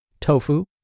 tofu